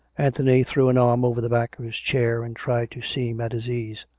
anthony threw an arm over the back of his chair, and tried to seem at his ease.